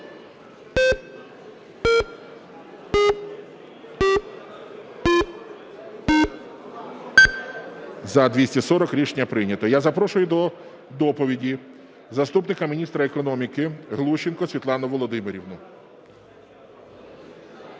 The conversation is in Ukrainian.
За-240 Рішення прийнято. Я запрошую до доповіді заступника міністра економіки Глущенко Світлану Володимирівну.